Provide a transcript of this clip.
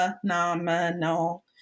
phenomenal